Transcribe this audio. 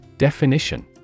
Definition